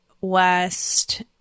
West